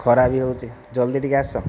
ଖରା ବି ହେଉଛି ଜଲ୍ଦି ଟିକିଏ ଆସ